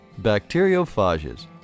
Bacteriophages